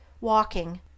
Walking